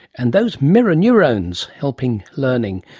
and those mirror neurones helping learning,